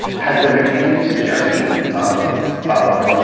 has there been any suggestion of of